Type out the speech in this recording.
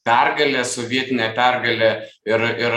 pergalė sovietinė pergalė ir ir